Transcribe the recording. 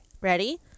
ready